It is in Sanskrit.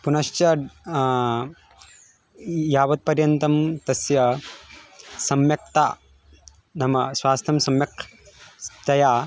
पुनश्च यावत्पर्यन्तं तस्य सम्यक्ता नाम स्वास्थ्यं सम्यक्तया